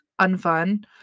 unfun